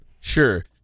Sure